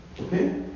okay